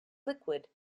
liquid